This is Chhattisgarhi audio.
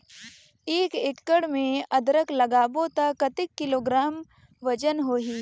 एक एकड़ मे अदरक लगाबो त कतेक किलोग्राम वजन होही?